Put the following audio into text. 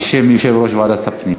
(תיקוני חקיקה), התשע"ד 2013,